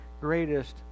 greatest